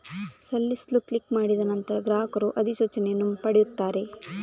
ಸಲ್ಲಿಸು ಕ್ಲಿಕ್ ಮಾಡಿದ ನಂತರ, ಗ್ರಾಹಕರು ಅಧಿಸೂಚನೆಯನ್ನು ಪಡೆಯುತ್ತಾರೆ